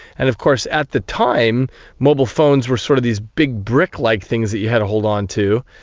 and of course at the time mobile phones were sort of these big brick-like things that you had to hold on to,